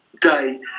day